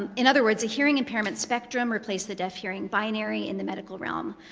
um in other words, a hearing impairment spectrum replaced the deaf hearing binary in the medical realm.